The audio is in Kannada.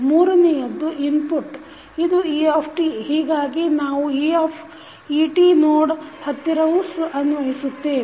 ಮೂರನೆಯದ್ದು ಇನ್ಪುಟ್ ಇದು e ಹೀಗಾಗಿ ನಾವು et ನೋಡ್ ಹತ್ತಿರವೂ ಅನ್ವಯಿಸುತ್ತೇವೆ